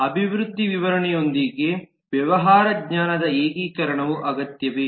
ಅಭಿವೃದ್ಧಿ ವಿವರಣೆಯೊಂದಿಗೆ ವ್ಯವಹಾರ ಜ್ಞಾನದ ಏಕೀಕರಣವು ಅಗತ್ಯವೇ